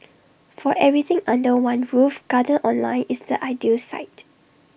for everything under one roof giant online is the ideal site